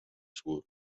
suur